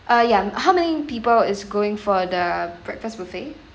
uh ya how many people is going for the breakfast buffet